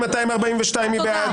1,243 מי בעד?